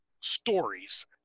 stories